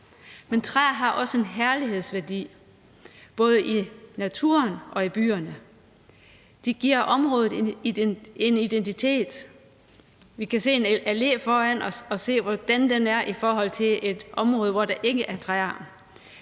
Men træer har også en herlighedsværdi, både i naturen og i byerne. De giver området en identitet. Vi kan se en allé foran os og se, hvordan den er i forhold til et område, hvor der ikke er træer.